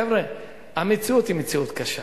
חבר'ה, המציאות היא מציאות קשה.